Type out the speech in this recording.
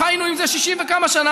חיינו עם זה 60 וכמה שנים,